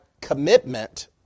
commitment